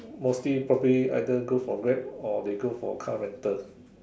mostly probably either go for Grab or they go for car rental